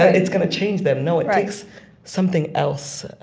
it's going to change them. no, it takes something else.